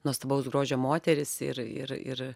nuostabaus grožio moteris ir ir ir